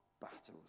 battles